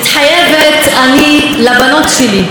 מתחייבת אני לבנות שלי,